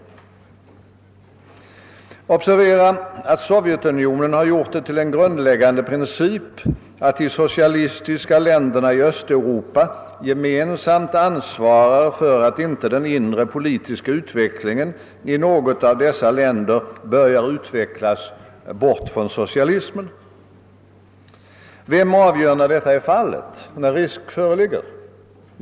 Observera att Sovjetunionen har gjort det till en grundläggande princip att de socialistiska länderna i Östeuropa gemensamt ansvarar för att inte den inre politiska utvecklingen i något av dessa länder börjar utvecklas bort från socialismen! Vem avgör när detta är fallet eller när risk föreligger?